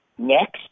Next